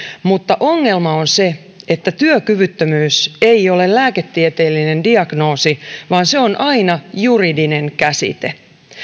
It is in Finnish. mutta ongelma on se että työkyvyttömyys ei ole lääketieteellinen diagnoosi vaan se on aina juridinen käsite